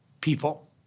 people